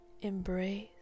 Embrace